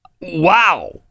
wow